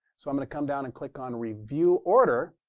so i'm going to come down and click on review order.